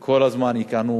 שכל הזמן יכהנו